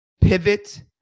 pivot